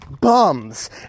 bums